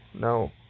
no